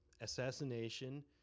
assassination